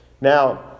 Now